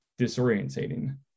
disorientating